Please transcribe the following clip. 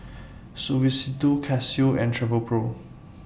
Suavecito Casio and Travelpro